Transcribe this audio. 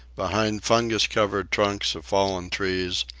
behind fungus-covered trunks of fallen trees,